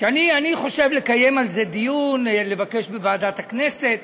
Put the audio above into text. שאני חושב לקיים עליו דיון, לבקש מוועדת הכנסת.